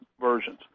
versions